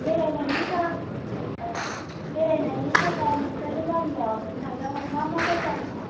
बेरायनायनि थाखाय अ बेरायनायनि थाखाय नोंसोरनि गामियाव सायदआव मा मा जायगा दङ